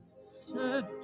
search